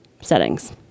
settings